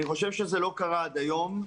אני חושב שזה לא קרה עד היום,